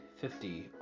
fifty